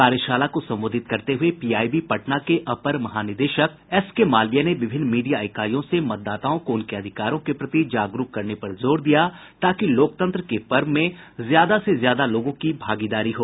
कार्यशाला को संबोधित करते हये पीआईबी पटना के अपर महानिदेशक एस के मालवीय ने विभिन्न मीडिया इकाईयों से मतदाताओं को उनके अधिकारों के प्रति जागरूक करने पर जोर दिया ताकि लोकतंत्र के पर्व में ज्यादा से ज्यादा लोगों की भागीदारी हो